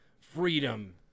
freedom